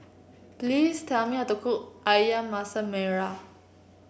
please tell me how to cook ayam Masak Merah